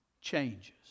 changes